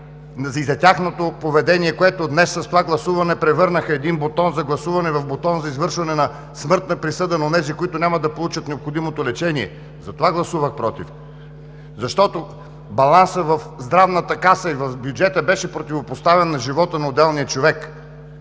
Тяхното поведение, което днес с това гласуване превърна един бутон за гласуване в бутон за издаване на смъртна присъда на онези, които няма да получат необходимото лечение. Гласувах против, защото балансът в Здравната каса и в бюджета беше противопоставен на живота на отделния човек.